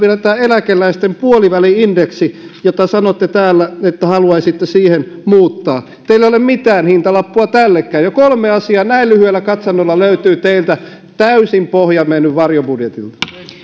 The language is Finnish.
on vielä tämä eläkeläisten puoliväli indeksi josta sanotte täällä että haluaisitte siihen muuttaa teillä ei ole mitään hintalappua tällekään jo kolme asiaa näin lyhyellä katsannolla löytyy teiltä täysin pohja mennyt varjobudjetilta